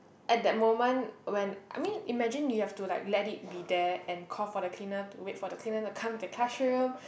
at that moment when I mean imagine you have to like let it be there and call for the cleaner to wait for the cleaner to come to the classroom